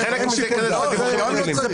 זו